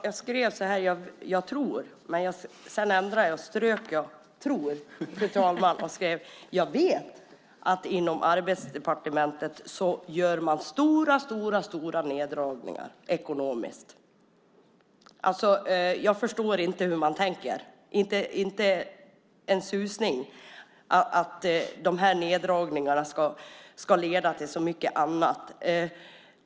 Fru talman! Jag skrev "jag tror". Sedan ändrade jag mig, strök "jag tror", fru talman, och skrev "jag vet" att man inom Arbetsmarknadsdepartementet gör stora neddragningar ekonomiskt. Jag förstår inte hur man tänker - inte en susning att de här neddragningarna kan leda till så mycket annat.